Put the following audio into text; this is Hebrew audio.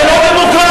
זה לא דמוקרטיה.